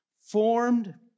formed